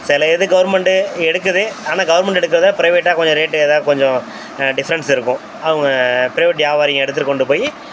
சில இது கவுர்மெண்ட்டு எடுக்குது ஆனால் கவுர்மெண்ட் எடுக்கிறத ப்ரைவேட்டாக கொஞ்சம் ரேட்டு ஏதா கொஞ்சோம் டிஃப்ரெண்ட்ஸ் இருக்கும் அவங்க ப்ரைவேட் வியாபாரிங்க எடுத்து கொண்டு போய்